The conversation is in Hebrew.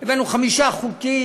חמישה חוקים,